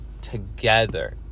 together